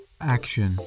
Action